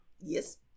Yes